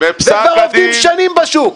וכבר עובדים שנים בשוק,